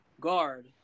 guard